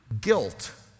Guilt